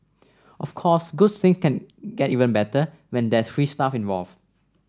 of course good things can get even better when there's free stuff involve